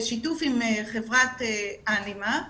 בשיתוף עם חברת אנימה,